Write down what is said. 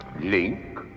Link